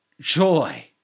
joy